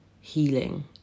healing